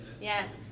Yes